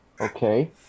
Okay